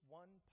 one